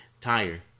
tire